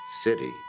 city